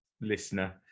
listener